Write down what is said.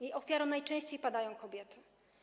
Jej ofiarą najczęściej padają kobiety.